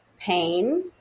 pain